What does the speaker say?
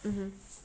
mmhmm